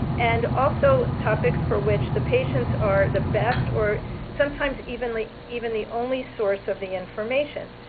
and also, topics for which the patients are the best or sometimes even like even the only source of the information.